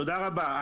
תודה רבה.